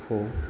हो